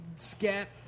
scat